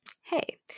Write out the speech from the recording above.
hey